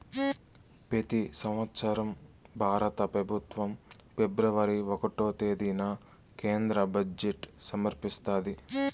పెతి సంవత్సరం భారత పెబుత్వం ఫిబ్రవరి ఒకటో తేదీన కేంద్ర బడ్జెట్ సమర్పిస్తాది